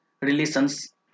relations